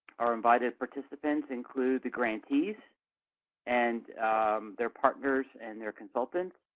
our invited participants include the grantees and their partners and their consultants.